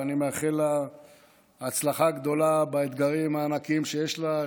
ואני מאחל לה הצלחה גדולה באתגרים הענקיים שיש לה,